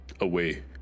away